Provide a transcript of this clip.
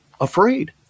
afraid